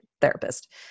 therapist